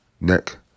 neck